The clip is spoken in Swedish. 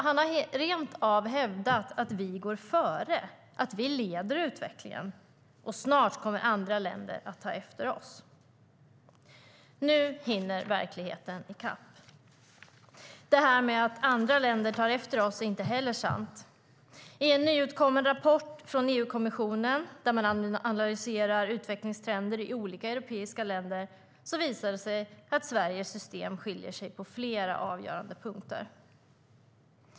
Han har rent av hävdat att Sverige går före och leder utvecklingen och att andra länder snart kommer att ta efter oss. Nu hinner verkligheten i kapp. Det här med att andra länder tar efter oss är inte heller sant. I en nyutkommen rapport från EU-kommissionen där man analyserar utvecklingstrender i olika europeiska länder visar det sig att Sveriges system skiljer ut sig på flera avgörande punkter.